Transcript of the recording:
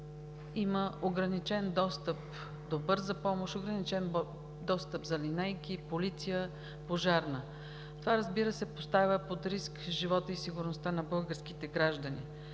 има ограничен достъп до Бърза помощ на линейки, полиция, пожарна. Това, разбира се, поставя под риск живота и сигурността на българските граждани.